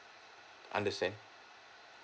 understand